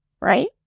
right